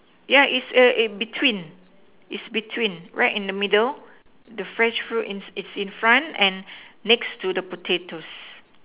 yeah is between is between right in the middle the fresh fruit is in front and next to the potatoes